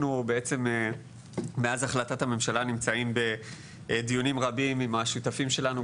אנחנו בעצם מאז החלטת הממשלה נמצאים בדיונים רבים עם השותפים שלנו,